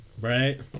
Right